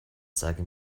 zeige